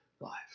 life